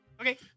okay